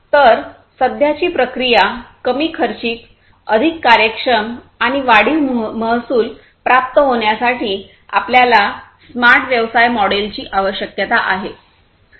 तर सध्याची प्रक्रिया कमी खर्चिक अधिक कार्यक्षम आणि वाढीव महसूल प्राप्त होण्यासाठी आपल्याला स्मार्ट व्यवसाय मॉडेलची आवश्यकता आहे